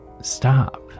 stop